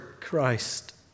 Christ